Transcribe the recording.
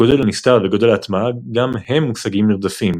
הגודל הנסתר וגודל ההטמעה גם הם מושגים נרדפים.